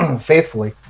faithfully